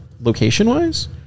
location-wise